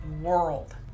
world